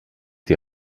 die